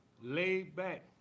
laid-back